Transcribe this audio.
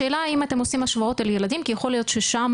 השאלה האם אתם עושים השוואות על ילדים כי יכול להיות ששם